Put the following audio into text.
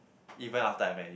even after I marry